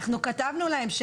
אנחנו כתבנו להם,